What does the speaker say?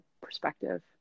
perspective